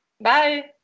Bye